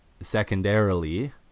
secondarily